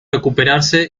recuperarse